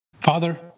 Father